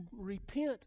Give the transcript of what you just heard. repent